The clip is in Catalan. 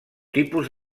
tipus